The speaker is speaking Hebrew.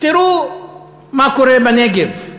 תראו מה קורה בנגב,